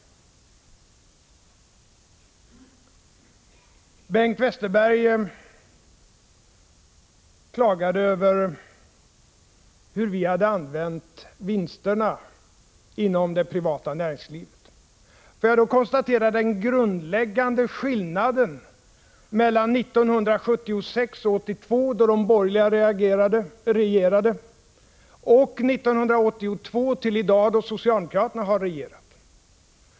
Bengt Westerberg klagade över hur vi hade använt vinsterna inom det privata näringslivet. Jag får då slå fast den grundläggande skillnaden mellan perioden 1976-1982, då de borgerliga regerade, och från 1982 till i dag, då socialdemokraterna har regerat.